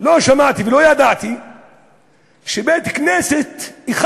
לא שמעתי ולא ידעתי שבית-כנסת אחד,